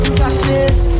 practice